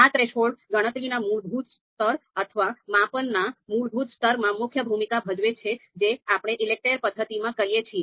આ થ્રેશોલ્ડ ગણતરીના મૂળભૂત સ્તર અથવા માપનના મૂળભૂત સ્તરમાં મુખ્ય ભૂમિકા ભજવે છે જે આપણે ELECTRE પદ્ધતિમાં કરીએ છીએ